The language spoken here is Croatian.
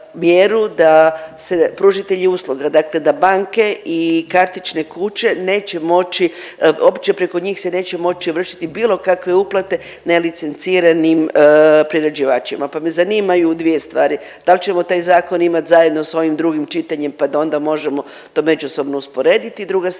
da se pružatelji usluga, dakle da banke i kartične kuće neće moći, uopće preko njih se neće moći vršiti bilo kakve uplate nelicenciranim priređivačima pa me zanimaju dvije stvari, da li ćemo taj zakon imati zajedno s ovim drugim čitanjem, pa da onda možemo to međusobno usporediti? Druga stvar,